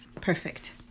perfect